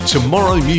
Tomorrow